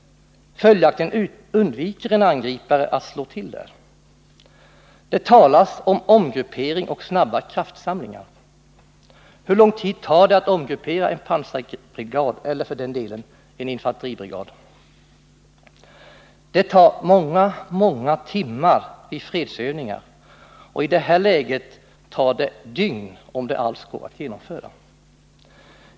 Följaktligen undviker en angripare att slå till där. Det talas om omgruppering och snabba kraftsamlingar. Hur lång tid tar det att omgruppera en pansarbrigad, eller för den delen en infanteribrigad? Det tar många, många timmar vid fredsövningar, och i det här läget tar det dygn, om det alls går att genomföra.